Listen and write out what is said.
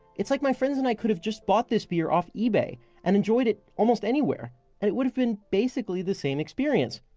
it's like my friends and i could have just bought this beer off ebay and enjoyed it almost anywhere, and it would have been basically the same experience,